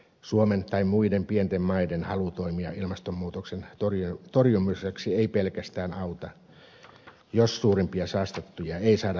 suomen tai muiden pienten maiden halu toimia ilmastonmuutoksen torjumiseksi ei pelkästään auta jos suurimpia saastuttajia ei saada sopimuksiin mukaan